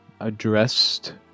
addressed